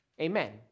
Amen